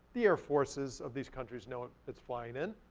the air forces of these countries know it's flying in.